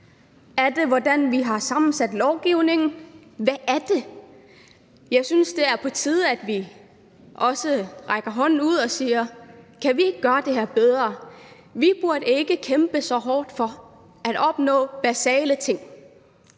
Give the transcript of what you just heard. af den måde, vi har sammensat lovgivningen? Hvad er det? Jeg synes, det er på tide, at vi også rækker hånden ud og spørger, om vi ikke kan gøre det her bedre. Vi burde ikke kæmpe så hårdt for at opnå basale ting.